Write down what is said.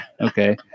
Okay